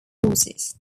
horses